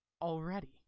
Already